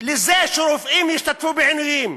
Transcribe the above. לזה שרופאים ישתתפו בעינויים.